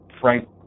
frank